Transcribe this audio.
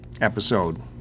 episode